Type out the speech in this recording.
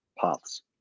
paths